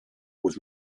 was